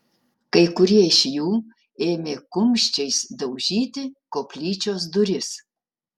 kai kurie iš jų ėmė kumščiais daužyti koplyčios duris